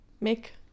Make